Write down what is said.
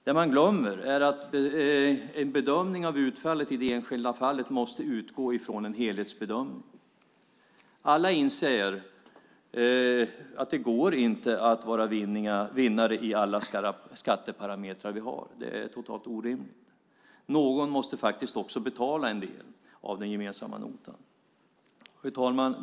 Det man glömmer är att en bedömning av utfallet i det enskilda fallet måste utgå från en helhetsbedömning. Alla inser att det inte går att vara vinnare i alla skatteparametrar vi har. Det är helt orimligt. Någon måste faktiskt också betala en del av den gemensamma notan. Herr talman!